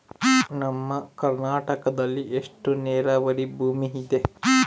ನಮ್ಮ ಕರ್ನಾಟಕದಲ್ಲಿ ಎಷ್ಟು ನೇರಾವರಿ ಭೂಮಿ ಇದೆ?